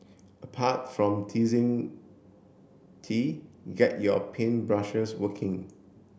apart from teasing tea get your paint brushes working